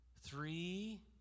three